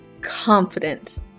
confident